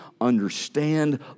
understand